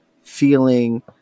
feeling